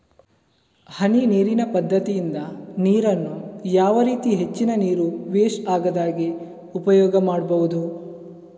ಹನಿ ನೀರಿನ ಪದ್ಧತಿಯಿಂದ ನೀರಿನ್ನು ಯಾವ ರೀತಿ ಹೆಚ್ಚಿನ ನೀರು ವೆಸ್ಟ್ ಆಗದಾಗೆ ಉಪಯೋಗ ಮಾಡ್ಬಹುದು?